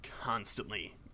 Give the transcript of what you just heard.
constantly